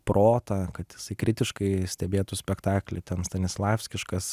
protą kad jisai kritiškai stebėtų spektaklį ten stanislavskiškas